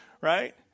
right